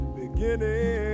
beginning